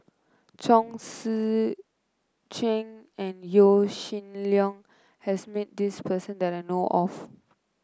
Chong Tze Chien and Yaw Shin Leong has met this person that I know of